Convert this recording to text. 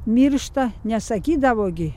miršta nesakydavo gi